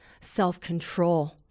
self-control